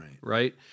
right